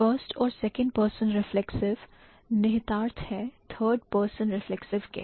First और second person reflexive निहितार्थ हैं third person reflexive के